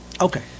Okay